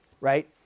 Right